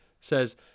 says